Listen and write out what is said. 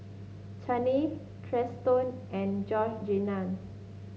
Chaney Triston and Georgeanna